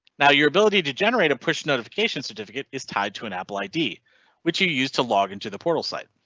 now your ability to generate push notification certificates is tide to an apple id which you used to log into the portal site.